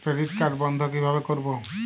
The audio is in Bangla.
ক্রেডিট কার্ড বন্ধ কিভাবে করবো?